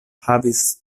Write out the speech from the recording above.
havis